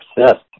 obsessed